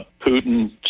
Putin